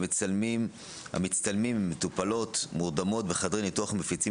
המצטלמים עם מטופלות מורדמות ומפיצים